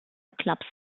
clubs